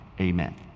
amen